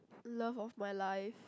love of my life